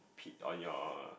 on your